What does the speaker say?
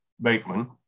Bateman